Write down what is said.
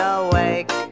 awake